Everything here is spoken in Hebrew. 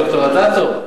ד"ר אדטו,